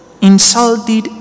insulted